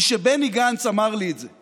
היא שבני גנץ אמר לי את זה.